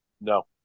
No